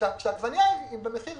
כשהעגבנייה במחיר